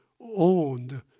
owned